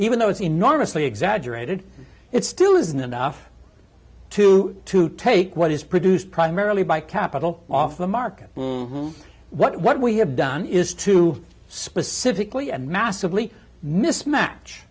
even though it's enormously exaggerated it still isn't enough to to take what is produced primarily by capital off the market what we have done is to specifically and massively mismatch